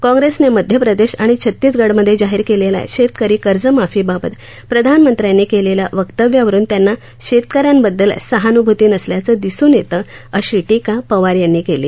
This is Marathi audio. कॉप्रेसनं मध्य प्रदेश आणि छत्तीसगडमध्ये जाहीर केलेल्या शेतकरी कर्जमाफीबाबत प्रधानमंत्र्यांनी केलेल्या वक्तव्यावरून त्यांना शेतकऱ्यांबद्दल सहानुभूती नसल्याचं दिसून येतं अशी टीका पवार यांनी केली